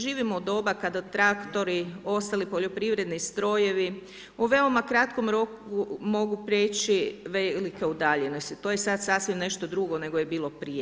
Živimo u doba kada traktori i ostali poljoprivredni strojevi u veoma kratkom roku mogu prijeći velike udaljenosti, to je sada sasvim nešto drugo nego je bilo prije.